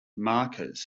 markers